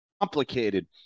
Complicated